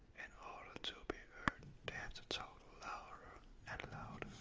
and order ah to be heard, they have to talk louder and louder.